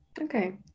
okay